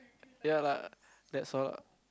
ya lah that's all